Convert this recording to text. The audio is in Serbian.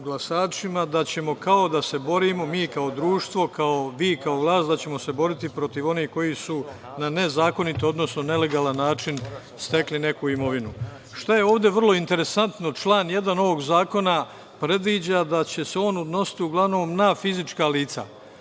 da ćemo kao da se borimo, mi kao društvo, vi kao vlast da ćemo se boriti protiv onih koji su na nezakoniti, odnosno nelegalan način stekli neku imovinu. Šta je ovde vrlo interesantno? Član 1. ovog zakona predviđa da će se on odnositi uglavnom na fizička lica.